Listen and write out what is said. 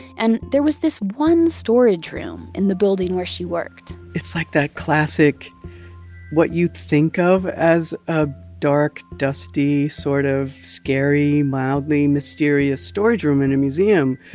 and there was this one storage room in the building where she worked it's like that classic what you'd think of as a dark, dusty, sort of scary, mildly mysterious storage room in a museum.